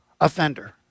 offender